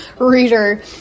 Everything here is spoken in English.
reader